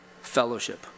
fellowship